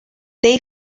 they